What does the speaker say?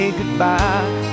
goodbye